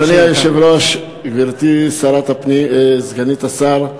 אדוני היושב-ראש, גברתי סגנית השר,